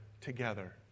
together